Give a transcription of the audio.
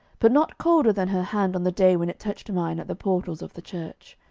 but not colder than her hand on the day when it touched mine at the portals of the church.